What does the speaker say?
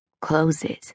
closes